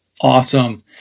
Awesome